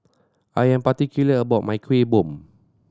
I am particular about my Kuih Bom